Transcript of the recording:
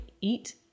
eat